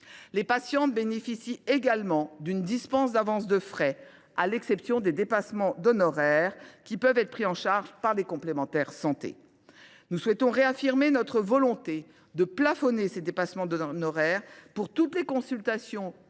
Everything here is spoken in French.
Les patientes bénéficient également d’une dispense d’avance de frais, à l’exception des dépassements d’honoraires, qui peuvent être pris en charge par les complémentaires santé. Nous réaffirmons notre volonté de plafonner les dépassements d’honoraires pour toutes les consultations ou